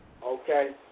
Okay